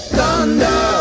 Thunder